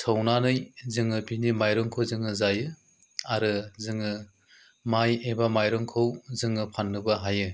सौनानै जोङो बिनि माइरंखौ जोङो जायो आरो जोङो माय एबा माइरंखौ जोङो फान्नोबो हायो